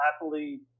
happily